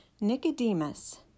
Nicodemus